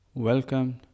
Welcome